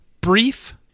brief